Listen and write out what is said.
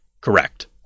Correct